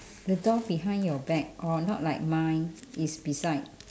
the door behind your back or not like mine is beside